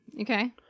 Okay